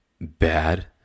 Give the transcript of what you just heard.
bad